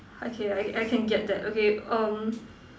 okay I I can get that okay um